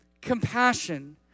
compassion